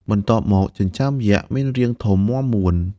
បន្ទាប់មក ចិញ្ចើមយក្ស មានរាងធំ មាំមួន។